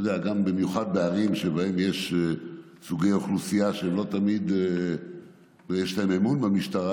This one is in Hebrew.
במיוחד בערים שבהן יש סוגי אוכלוסייה שלא תמיד יש להם אמון במשטרה,